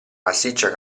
massiccia